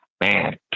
Man